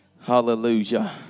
Hallelujah